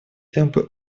темпы